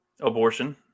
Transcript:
abortion